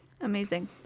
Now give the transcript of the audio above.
amazing